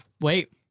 Wait